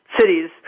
cities